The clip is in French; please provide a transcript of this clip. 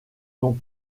nom